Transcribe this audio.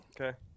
Okay